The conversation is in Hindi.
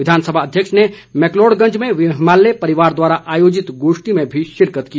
विधानसभा अध्यक्ष ने मैकलोड़ गंज में हिमालय परिवार द्वारा आयोजित गोष्ठी में भी शिरकत की